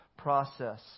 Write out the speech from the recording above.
process